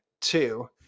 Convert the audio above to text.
two